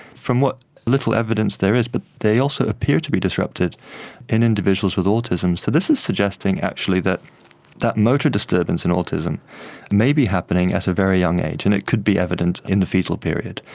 from what little evidence there is but they also appear to be disrupted in individuals with autism. so this is suggesting actually that that motor disturbance in autism may be happening at a very young age, and it could be evident in the fetal period,